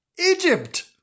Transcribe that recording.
Egypt